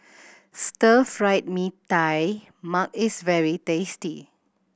Stir Fried Mee Tai Mak is very tasty